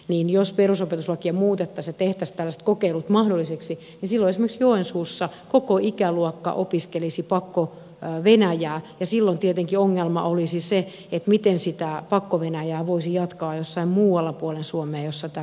eli jos perusopetuslakia muutettaisiin ja tehtäisiin tällaiset kokeilut mahdolliseksi niin silloin esimerkiksi joensuussa koko ikäluokka opiskelisi pakkovenäjää ja silloin tietenkin ongelma olisi se miten sitä pakkovenäjää voisi jatkaa jossain muualla puolen suomea missä tämä kokeilu ei ole mahdollinen